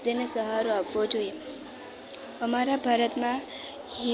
તેને સહારો આપવો જોઈએ અમારા ભારતમાં હિમા